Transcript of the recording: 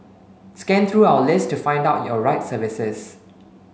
scan through our list to find out your right services